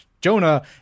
Jonah